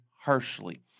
harshly